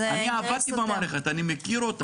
אני עבדתי במערכת, אני מכיר אותה.